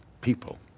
people